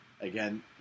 again